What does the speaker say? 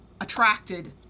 attracted